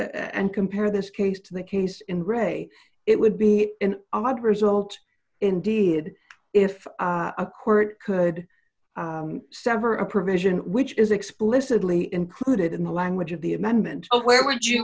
and compare this case to the case in gray it would be an odd result indeed if a court could sever a provision which is explicitly included in the language of the amendment where would you